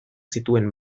zituen